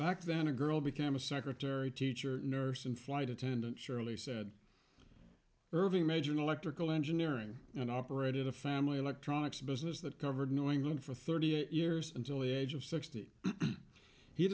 back then a girl became a secretary teacher nurse and flight attendant shirley said irving major in electrical engineering and operated a family electronics business that covered knowing that for thirty eight years until the age of sixty he